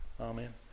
Amen